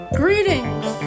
greetings